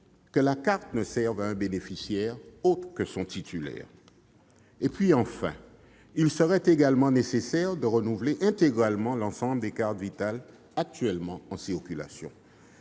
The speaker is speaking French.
que la carte ne serve à un bénéficiaire autre que son titulaire. Enfin, il faudra également renouveler intégralement l'ensemble des cartes Vitale actuellement en circulation.